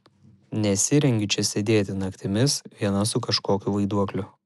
nesirengiu čia sėdėti naktimis viena su kažkokiu vaiduokliu